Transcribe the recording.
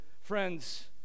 Friends